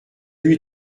lui